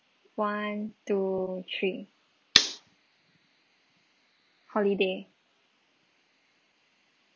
one two three holiday